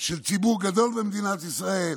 של ציבור גדול במדינת ישראל,